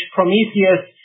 Prometheus